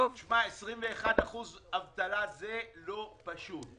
תשמע, 21% זה לא פשוט.